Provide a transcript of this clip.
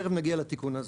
תכף נגיד לתיקון הזה.